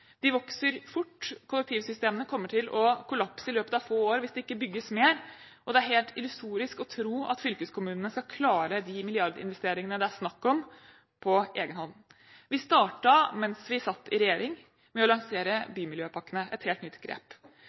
De vokser fort. Kollektivsystemene kommer til å kollapse i løpet av få år hvis det ikke bygges mer, og det er helt illusorisk å tro at fylkeskommunene skal klare de milliardinvesteringene det er snakk om, på egenhånd. Vi startet mens vi satt i regjering, med å lansere bymiljøpakkene, et helt nytt grep.